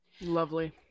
lovely